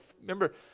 remember